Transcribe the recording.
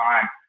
time